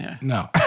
No